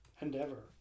Endeavor